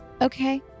Okay